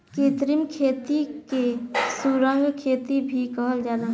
कृत्रिम खेती के सुरंग खेती भी कहल जाला